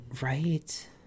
Right